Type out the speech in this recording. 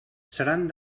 seran